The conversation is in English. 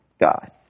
God